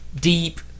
deep